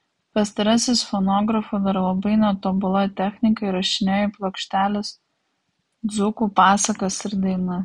pastarasis fonografu dar labai netobula technika įrašinėjo į plokšteles dzūkų pasakas ir dainas